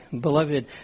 beloved